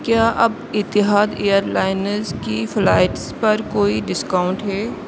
کیا اب Etihad airlines کی فلائٹس پر کوئی ڈسکاؤنٹ ہے